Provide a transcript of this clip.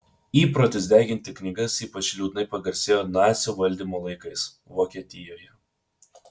įprotis deginti knygas ypač liūdnai pagarsėjo nacių valdymo laikais vokietijoje